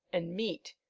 and meat,